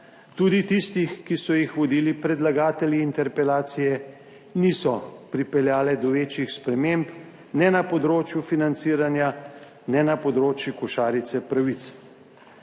tudi tistih, ki so jih vodili predlagatelji interpelacije, niso pripeljale do večjih sprememb ne na področju financiranja ne na področju košarice pravic.